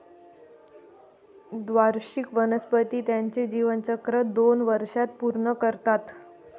द्विवार्षिक वनस्पती त्यांचे जीवनचक्र दोन वर्षांत पूर्ण करतात